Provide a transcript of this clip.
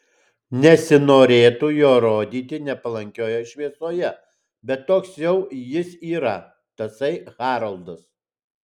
nesinorėtų jo rodyti nepalankioje šviesoje bet toks jau jis yra tasai haroldas